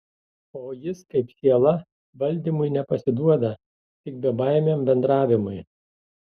o jis kaip siela valdymui nepasiduoda tik bebaimiam bendravimui